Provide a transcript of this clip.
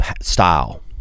style